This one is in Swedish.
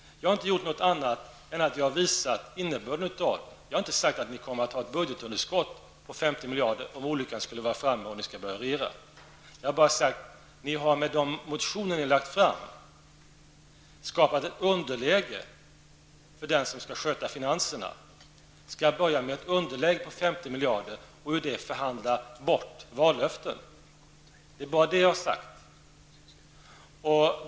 Jag har inte gjort något annat än att visa innebörden i dem. Jag har inte sagt att ni kommer att ha ett budgetunderskott på 50 miljarder om olyckan skulle vara framme och ni skall börja regera. Jag har bara sagt att ni med era motioner har skapat ett underläge för den som skall sköta finanserna. Den personen skall börja med ett underläge på 50 miljarder och ur det förhandla bort vallöften. Det är bara det som jag har sagt.